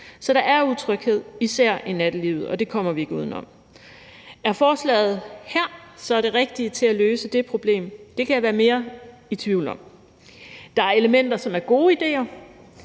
Så der er utryghed, især i nattelivet, og det kommer vi ikke uden om. Er forslaget her så det rigtige til at løse det problem? Det kan jeg være mere i tvivl om. Der er elementer, som er gode idéer,